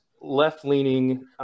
left-leaning